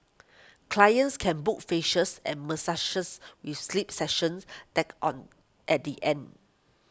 clients can book facials and with sleep sessions tacked on at the end